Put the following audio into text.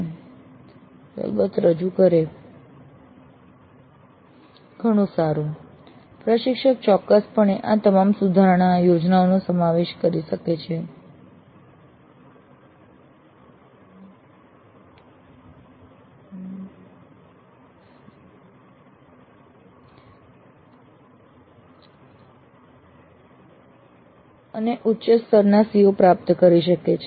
અલબત્ત જો તે જ પ્રશિક્ષક રજૂ કરે તો ઘણું સારું પ્રશિક્ષક ચોક્કસપણે આ તમામ સુધારણા યોજનાઓનો સમાવેશ કરી શકે છે અમલ કરી શકે છે અને ઉચ્ચ સ્તરના CO પ્રાપ્ત કરી શકે છે